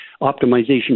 optimization